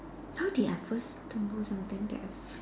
how did I first stumble something that I